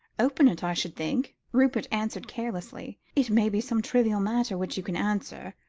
open it, i should think, rupert answered carelessly it may be some trivial matter which you can answer,